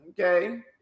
okay